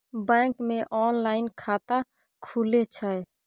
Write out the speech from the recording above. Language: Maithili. बैंक मे ऑनलाइन खाता खुले छै?